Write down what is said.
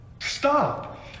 Stop